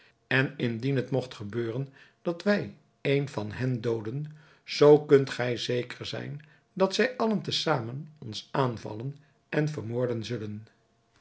en indien het mogt gebeuren dat wij een van hen dooden zoo kunt gij zeker zijn dat zij allen te zamen ons aanvallen en vermoorden zullen